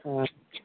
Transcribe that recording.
আচ্ছা